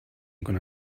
gonna